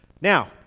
Now